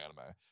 anime